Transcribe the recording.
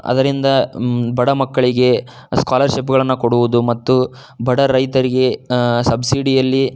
ಅದರಿಂದ ಬಡ ಮಕ್ಕಳಿಗೆ ಸ್ಕಾಲರ್ಶಿಪ್ಗಳನ್ನು ಕೊಡುವುದು ಮತ್ತು ಬಡ ರೈತರಿಗೆ ಸಬ್ಸಿಡಿಯಲ್ಲಿ